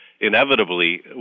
inevitably